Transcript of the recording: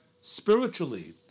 spiritually